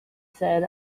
said